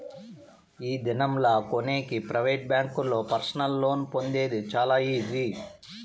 ఈ దినం లా కొనేకి ప్రైవేట్ బ్యాంకుల్లో పర్సనల్ లోన్ పొందేది చాలా ఈజీ